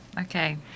Okay